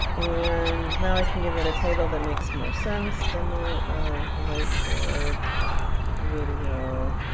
and now i can give it a title that makes more sense demo of whiteboard video